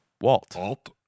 Walt